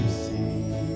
see